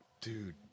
Dude